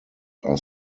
are